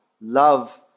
love